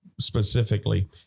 specifically